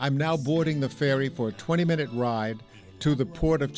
i'm now boarding the ferry for a twenty minute ride to the port